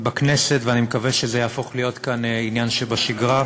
ואני מקווה שזה יהפוך להיות כאן עניין שבשגרה.